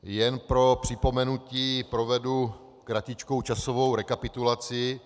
Jen pro připomenutí provedu kratičkou časovou rekapitulaci.